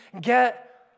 get